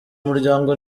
muryango